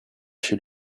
chez